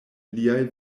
liaj